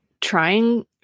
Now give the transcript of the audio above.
trying